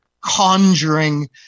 conjuring